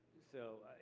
so,